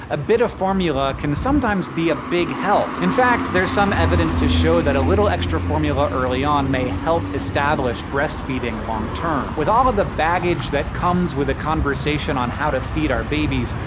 a bit of formula can sometimes be a big help. in fact, there's some evidence to show that a little extra formula early on may help establish breastfeeding long-term. with all of the baggage that comes with the conversation on how to feed our babies,